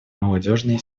молодежные